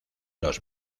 los